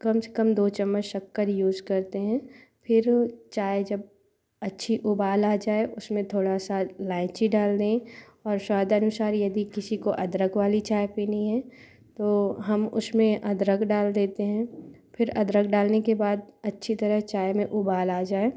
कम से कम दो चम्मच शक्कर यूज़ करते हैं फिर चाय जब अच्छी उबाल आ जाए उसमें थोड़ा सा इलायची डाल दें और स्वाद अनुसार यदि किसी को अदरक वाली चाय पीनी है तो हम उसमें अदरक डाल देते हैं फिर अदरक डालने के बाद अच्छी तरह चाय में उबाल आ जाए